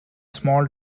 small